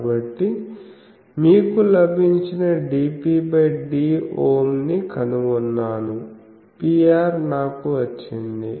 కాబట్టి మీకు లభించిన dPdΩ ని కనుగొన్నాను Pr నాకు వచ్చింది